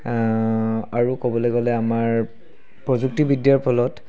আৰু ক'বলৈ গ'লে আমাৰ প্ৰযুক্তিবিদ্যাৰ ফলত